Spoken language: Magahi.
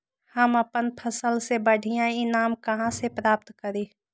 हम अपन फसल से बढ़िया ईनाम कहाँ से प्राप्त करी?